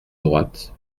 droite